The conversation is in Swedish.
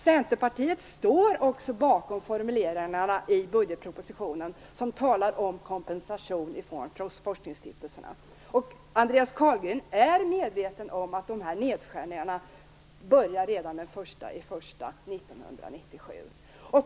Centerpartiet står också bakom de formuleringar i budgetpropositionen där det talas om kompensation från forskningsstiftelserna. Andreas Carlgren är medveten om att dessa nedskärningar börjar redan den 1 januari 1997.